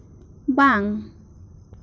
ᱵᱟᱝ